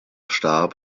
starb